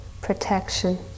protection